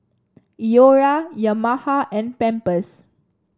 Iora Yamaha and Pampers